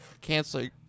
canceling